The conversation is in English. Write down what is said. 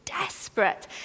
Desperate